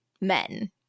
men